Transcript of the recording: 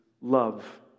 love